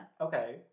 Okay